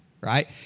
Right